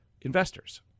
investors